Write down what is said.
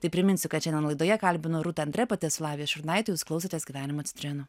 tai priminsiu kad šiandien laidoje kalbino rūta andre jūs klausotės gyvenimo citrinų